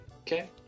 Okay